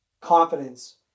confidence